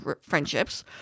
friendships